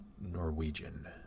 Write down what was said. Norwegian